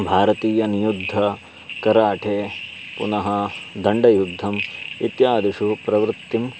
भारतीय नियुद्ध कराठे पुनः दण्डयुद्धम् इत्यादिषु प्रवृत्तिम्